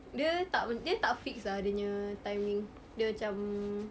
dia tak dia tak fixed ah dia punya timing dia macam